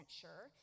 sure